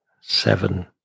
Seven